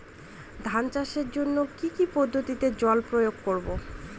ধান চাষের জন্যে কি কী পদ্ধতিতে জল প্রয়োগ করব?